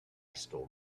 stole